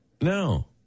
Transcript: No